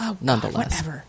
nonetheless